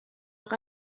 auch